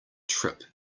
trip